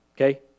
okay